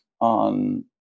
on